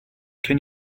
can